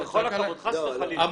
חס וחלילה.